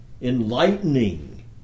enlightening